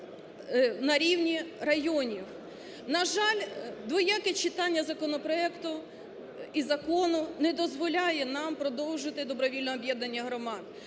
На жаль, двояке читання законопроекту і закону не дозволяє нам продовжити добровільне об'єднання громад.